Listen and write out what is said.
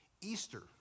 Easter